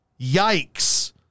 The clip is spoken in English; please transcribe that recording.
Yikes